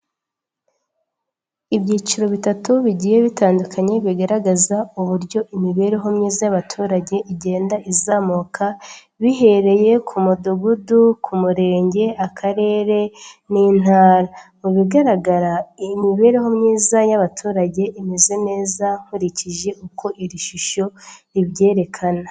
Ibyiciro bitatu bigiye bitandukanye bigaragaza uburyo imibereho myiza y'abaturage igenda izamuka bihereye ku mudugudu, ku murenge, Akarere n'intara mu bigaragara imibereho myiza y'abaturage imeze neza nkurikije uko iri shusho ribyerekana.